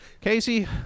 Casey